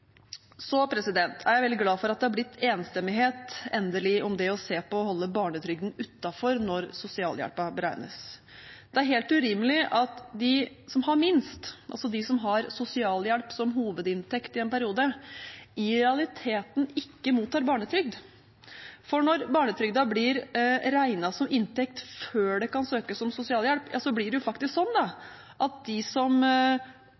er jeg veldig glad for at det er blitt enstemmighet – endelig – om det å se på å holde barnetrygden utenfor når sosialhjelpen beregnes. Det er helt urimelig at de som har minst, altså de som har sosialhjelp som hovedinntekt i en periode, i realiteten ikke mottar barnetrygd. For når barnetrygden blir regnet som inntekt før det kan søkes om sosialhjelp, blir det faktisk sånn at de som